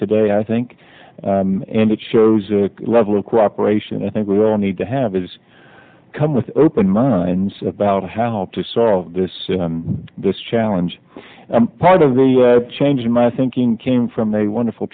today i think and it shows a level of cooperation i think we all need to have is come with open minds about how to solve this this challenge part of the change in my thinking came from a wonderful